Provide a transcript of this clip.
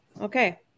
Okay